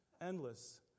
Endless